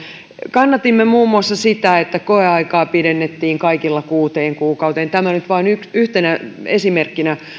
kannatimme muun muassa sitä että koeaikaa pidennettiin kaikilla kuuteen kuukauteen tämä nyt vain yhtenä esimerkkinä